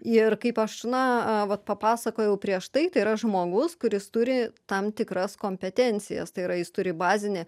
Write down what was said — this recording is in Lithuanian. ir kaip aš na vat papasakojau prieš tai tai yra žmogus kuris turi tam tikras kompetencijas tai yra jis turi bazinį